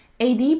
AD